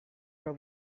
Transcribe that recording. para